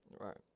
Right